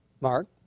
Mark